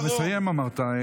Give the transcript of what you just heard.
אתה מסיים, אמרת.